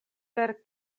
per